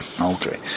Okay